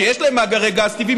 שיש להן מאגרי גז טבעי,